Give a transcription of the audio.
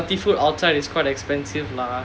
ya like healthy food outside is quite expensive lah